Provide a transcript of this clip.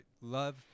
love